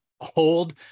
hold